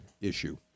issue